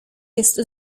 jest